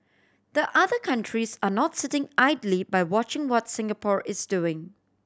the other countries are not sitting idly by watching what Singapore is doing